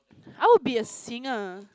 I will be a singer